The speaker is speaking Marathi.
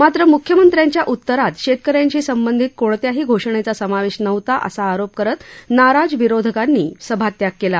मात्र म्ख्यमंत्र्यांच्या उतरात शप्रकऱ्यांशी संबंधित कोणत्याही घोषणघ्रा समावष्ठा नव्हता असा आरोप करत नाराज विरोधकांनी सभात्याग क्ला